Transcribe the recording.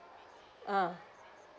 uh